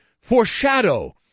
foreshadow